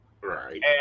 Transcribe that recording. right